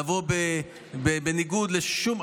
לבוא בניגוד לשום,